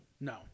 No